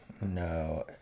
No